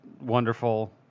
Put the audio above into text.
wonderful